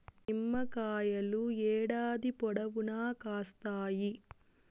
నిమ్మకాయలు ఏడాది పొడవునా కాస్తాయి